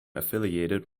affiliated